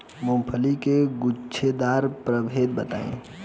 मूँगफली के गूछेदार प्रभेद बताई?